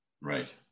Right